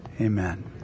Amen